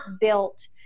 built